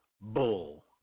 bull